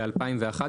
ב-2011,